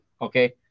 Okay